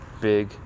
Big